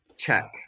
check